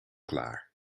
klaar